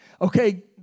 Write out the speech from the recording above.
Okay